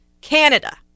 Canada